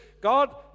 God